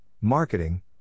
marketing